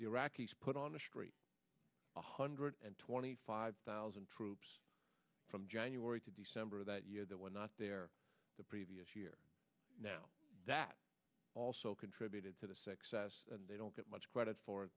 the iraqis put on the street one hundred twenty five thousand troops from january to december of that year that were not there the previous year now that also contributed to the success and they don't get much credit for it